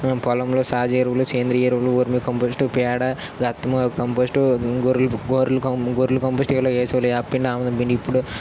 పొలంలో సహజ ఎరువులు సేంద్రీయ ఎరువులు వెర్మికంపోస్టు పేడ రతం కంపోస్టు గొర్రెల గొర్రెల కంపోస్టు ఇలాగ వేసేవాళ్ళు వేపపిండి ఆముదం పిండి ఇప్పుడు